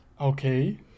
okay